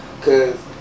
Cause